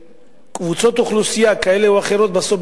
שקבוצות אוכלוסייה כאלה או אחרות בסוף